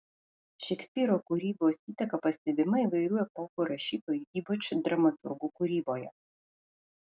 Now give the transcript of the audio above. šekspyro kūrybos įtaka pastebima įvairių epochų rašytojų ypač dramaturgų kūryboje